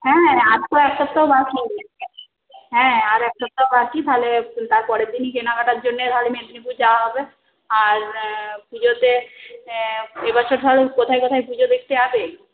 হ্যাঁ আর তো এক সপ্তাহ বাকি হ্যাঁ আর এক সপ্তাহ বাকি তাহলে তারপরের দিনই কেনাকাটার জন্য তাহলে মেদিনীপুর যাওয়া হবে আর পুজোতে এবছর তাহলে কোথায় কোথায় পুজো দেখতে যাবে